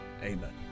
Amen